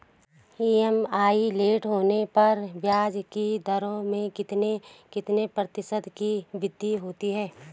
EMI late होने पर ब्याज की दरों में कितने कितने प्रतिशत की वृद्धि होती है?